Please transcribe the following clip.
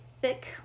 thick